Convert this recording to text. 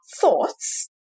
thoughts